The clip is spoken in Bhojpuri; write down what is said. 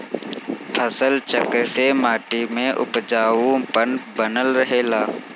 फसल चक्र से माटी में उपजाऊपन बनल रहेला